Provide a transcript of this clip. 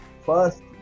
first